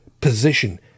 position